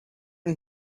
and